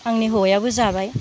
आंनि हौवायाबो जाबाय